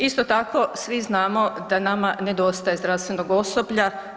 Isto tako, svi znamo da nama nedostaje zdravstvenog osoblja.